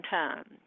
time